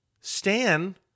Stan